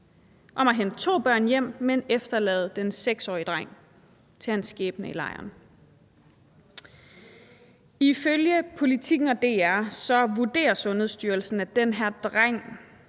om at hente to børn hjem, men efterlade den 6-årige dreng til sin skæbne i lejren. Ifølge Politiken og DR vurderer Sundhedsstyrelsen, at den her dreng